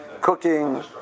cooking